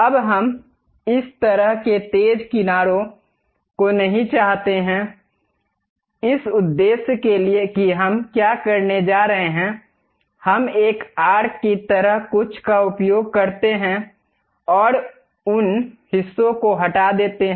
अब हम इस तरह के तेज किनारों को नहीं चाहते हैं इस उद्देश्य के लिए कि हम क्या करने जा रहे हैं हम एक आर्क की तरह कुछ का उपयोग करते हैं और उन हिस्सों को हटा देते हैं